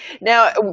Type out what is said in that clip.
Now